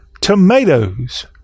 tomatoes